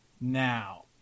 now